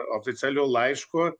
oficialiu laišku